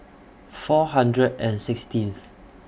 four hundred and sixteenth